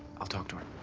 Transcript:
i'll talk to her.